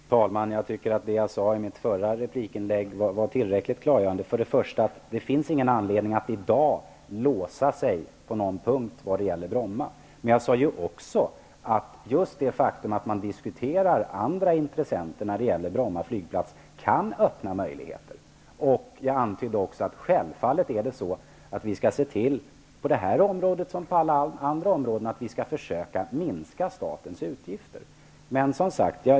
Fru talman! Jag tycker att det som jag sade i min förra replik borde vara tillräckligt klarläggande. Det finns inte någon anledning att i dag låsa sig på någon punkt när det gäller Bromma. Jag sade också att det faktum att man diskuterar andra intressenter kan öppna andra möjligheter. Vi skall självfallet försöka se till att statens utgifter minskas, och det gäller såväl detta område som andra områden.